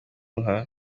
nka